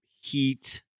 Heat